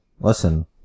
Listen